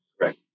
Right